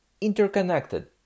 interconnected